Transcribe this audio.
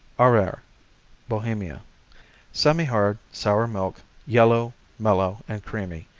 arber bohemia semihard sour milk yellow mellow and creamy.